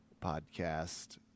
Podcast